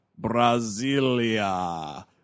Brasilia